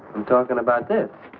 i'm talking about this.